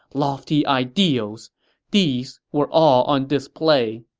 lofty ideals these were all on display